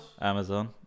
Amazon